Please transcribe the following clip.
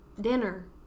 dinner